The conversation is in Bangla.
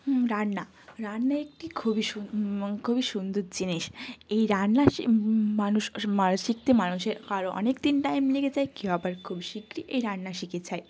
হুম রান্না রান্না একটি খুবই সুন এবং খুবই সুন্দর জিনিস এই রান্না শি মানুষ উষ মা শিখতে মানুষের আরও অনেক দিন টাইম লেগে যায় কেউ আবার খুব শীঘ্রই এই রান্না শিখে ছায়